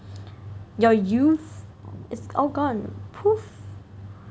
your youth is all gone poof